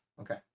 Okay